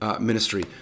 ministry